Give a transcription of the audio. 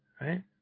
Right